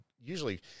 usually